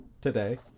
today